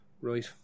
Right